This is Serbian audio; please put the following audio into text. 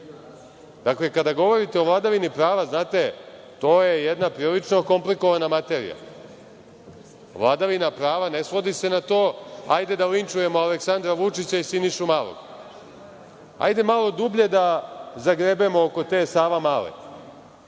nije. Dakle, kada govorite o vladavini prava, znate, to je jedna prilično komplikovana materija. Vladavina prava ne svodi se na to – hajde da linčujemo Aleksandra Vučića i Sinišu Malog. Hajde malo dublje da zagrebemo oko te Savamale.